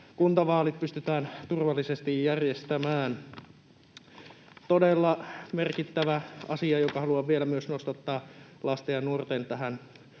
kuntavaalit pystytään turvallisesti järjestämään. Todella merkittävä asia, jonka haluan vielä myös nostattaa: Tähän lasten ja nuorten